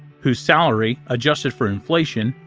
whose salary, adjusted for inflation,